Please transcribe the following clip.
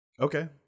Okay